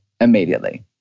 immediately